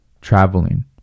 traveling